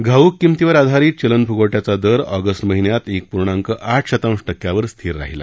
घाऊक किमतीवर आधारित चलनफ्गवट्याचा दर ऑगस्ट महिन्यात एक पूर्णांक आठ शतांश टक्क्यावर स्थिर राहिला